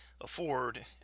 afford